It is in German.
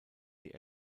die